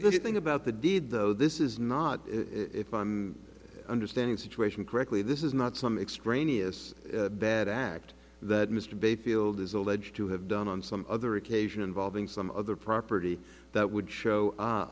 the thing about the deed though this is not understanding situation correctly this is not some extraneous bad act that mr bayfield is alleged to have done on some other occasion involving some other property that would show